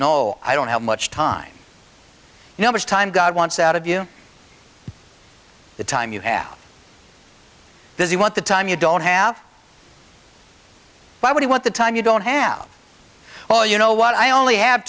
know i don't have much time you know which time god wants out of you the time you have does he want the time you don't have why would he want the time you don't have well you know what i only ha